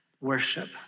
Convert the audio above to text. worship